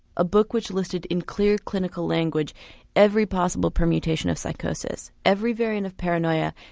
a book which listed in clear clinical language every possible permutation of psychosis. every variant of paranoia,